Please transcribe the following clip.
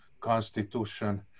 constitution